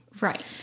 Right